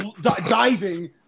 diving